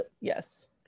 yes